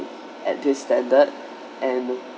at this standard and